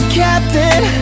captain